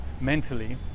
mentally